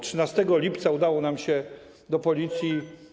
13 lipca udało nam się do Policji.